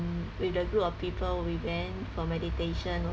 with the group of people we went for meditation